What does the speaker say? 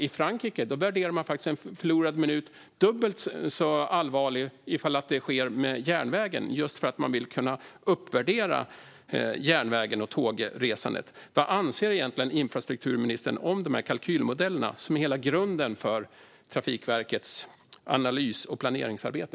I Frankrike värderar de faktiskt en förlorad minut dubbelt så högt för resor på järnväg, just för att de vill kunna uppvärdera järnvägen och tågresandet. Vad anser egentligen infrastrukturministern om de här kalkylmodellerna, som är hela grunden för Trafikverkets analys och planeringsarbete?